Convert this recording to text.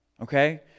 Okay